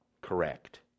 correct